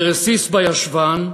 ברסיס בישבן.